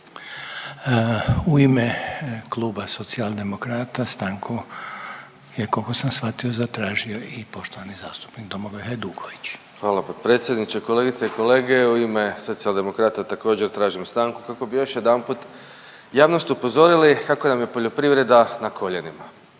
U ime Kluba Socijaldemokrata stanku je koliko sam shvatio zatražio i poštovani zastupnik Domagoj Hajduković. **Hajduković, Domagoj (Socijaldemokrati)** Hvala potpredsjedniče. Kolegice i kolege u ime Socijaldemokrata također tražim stanku kako bi još jedanput javnost upozorili kako nam je poljoprivreda na koljenima.